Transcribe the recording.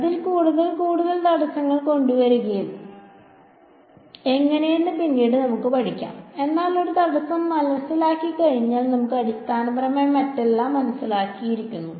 അതിൽ കൂടുതൽ കൂടുതൽ തടസ്സങ്ങൾ കൊണ്ടുവരുന്നത് എങ്ങനെയെന്ന് പിന്നീട് നമുക്ക് പഠിക്കാം എന്നാൽ ഒരു തടസ്സം മനസ്സിലാക്കിക്കഴിഞ്ഞാൽ നമുക്ക് അടിസ്ഥാനപരമായി മറ്റെല്ലാം മനസ്സിലാകുമായിരുന്നു